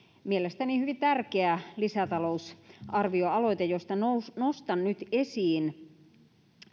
mielestäni hyvin tärkeä lisätalousarvioaloite joista nostan nyt esiin